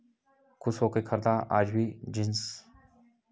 खुश हो के खरीदा आज भी जींस